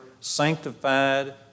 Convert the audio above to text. sanctified